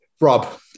Rob